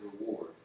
reward